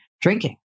drinking